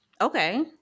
Okay